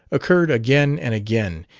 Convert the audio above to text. occurred again and again,